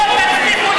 לא תצליחו לדכא את,